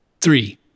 Three